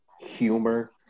humor